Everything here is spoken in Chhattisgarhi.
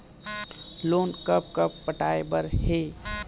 लोन कब कब पटाए बर हे?